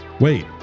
Wait